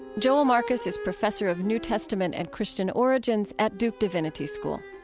joel marcus is professor of new testament and christian origins at duke divinity school.